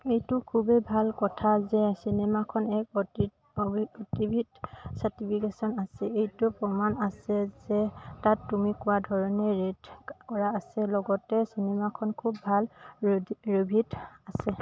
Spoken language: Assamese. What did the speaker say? এইটো খুবেই ভাল কথা যে চিনেমাখন এক অ'তিত অ' টিভি ত চাৰ্টিফিকেশ্যন আছে এইটো প্ৰমাণ আছে যে তাত তুমি কোৱা ধৰণেই ৰে'ট কৰা আছে লগতে চিনেমাখন খুব ভাল ৰি ৰিভিউত আছে